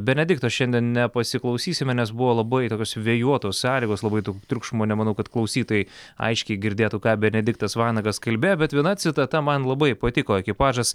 benedikto šiandien nepasiklausysime nes buvo labai tokios vėjuotos sąlygos labai daug triukšmo nemanau kad klausytojai aiškiai girdėtų ką benediktas vanagas kalbėjo bet viena citata man labai patiko ekipažas